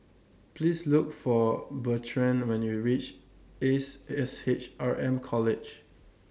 Please Look For Bertrand when YOU REACH Ace S H R M College